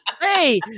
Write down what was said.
Hey